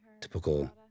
Typical